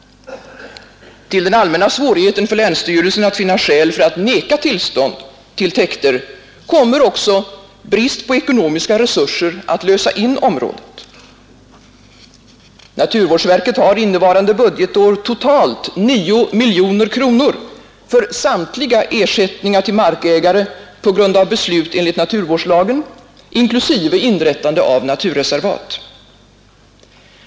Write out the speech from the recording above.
Till den allmänna svårigheten för länsstyrelsen att finna skäl för att vägra tillstånd till täkter kommer också brist på ekonomiska resurser att lösa in området. Naturvårdsverket har innevarande budgetår totalt 9 miljoner kronor för samtliga ersättningar till markägare på grund av beslut enligt naturvårdslagen inklusive inrättande av naturreservat.